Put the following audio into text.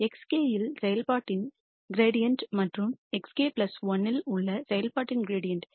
xk இல் செயல்பாட்டின் gradient மற்றும் xk 1 இல் உள்ள செயல்பாட்டின் கிரீடியண்ட்